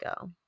go